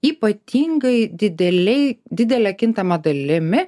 ypatingai didelėj didele kintama dalimi